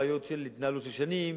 בעיות של התנהלות של שנים,